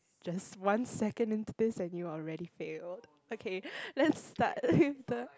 just one second into this and you already failed okay let's start with the